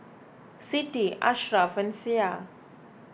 Siti Ashraff and Syah